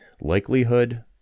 likelihood